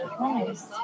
Nice